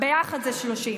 ביחד זה 30,